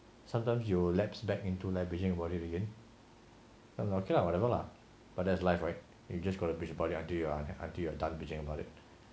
sometimes you lapsed back into leveraging about it again and okay lah whatever lah but that's life right you just gonna bitch about it until you're done bitching about it